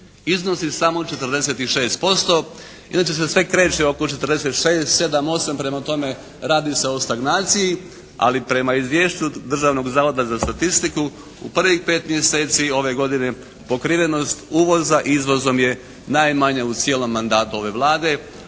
Iznosi samo 46%. Inače se sve kreće oko 46, 47, 48, prema tome radi se o stagnaciji. Ali prema Izvješću Državnog zavoda za statistiku u pravih pet mjeseci ove godine pokrivenost uvoza izvozom je najmanja u cijelom mandatu ove Vlade.